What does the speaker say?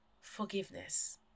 forgiveness